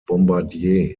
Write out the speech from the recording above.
bombardier